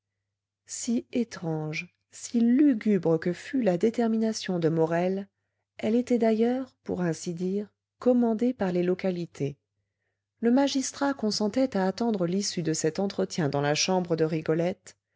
si étrange si lugubre que fût la détermination de morel elle était d'ailleurs pour ainsi dire commandée par les localités le magistrat consentait à attendre l'issue de cet entretien dans la chambre de rigolette